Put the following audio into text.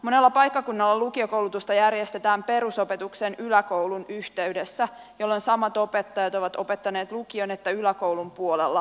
monella paikkakunnalla lukiokoulutusta järjestetään perusopetuksen yläkoulun yhteydessä jolloin samat opettajat ovat opettaneet sekä lukion että yläkoulun puolella